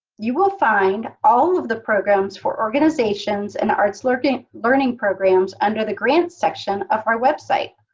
you will find all of the programs for organizations and arts learning learning programs under the grants section of our website.